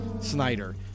Snyder